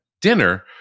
dinner